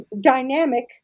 dynamic